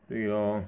对 lor